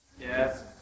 Yes